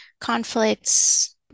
conflicts